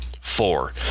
Four